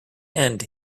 end